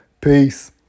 Peace